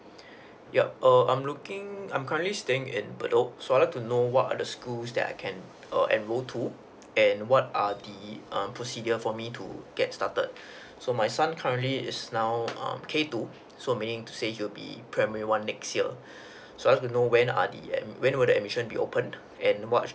yup err I'm looking I'm currently staying at bedok so I'd like to know what are the schools that I can err enrol to and what are the um procedure for me to get started so my son currently is now um K two so meaning to say he'll be primary one next year so I want to know when are the um when would admission be opened and what